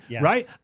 Right